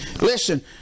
Listen